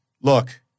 Look